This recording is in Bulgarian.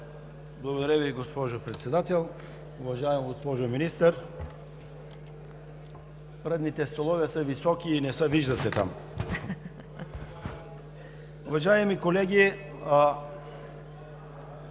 Благодаря Ви, госпожо Председател. Уважаема госпожо Министър, предните столове са високи и там не се виждате. Уважаеми колеги,